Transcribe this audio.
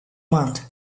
month